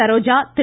Saroja Thiru